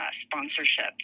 sponsorship